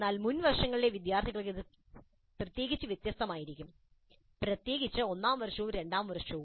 എന്നാൽ മുൻ വർഷങ്ങളിലെ വിദ്യാർത്ഥികൾക്ക് ഇത് പ്രത്യേകിച്ച് വ്യത്യസ്തമായിരിക്കാം പ്രത്യേകിച്ച് ഒന്നാം വർഷവും രണ്ടാം വർഷവും